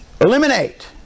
Eliminate